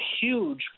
huge